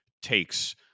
takes